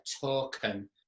token